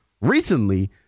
recently